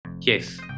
Yes